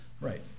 Right